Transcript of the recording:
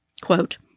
quote